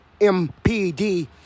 MPD